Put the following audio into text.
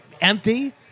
empty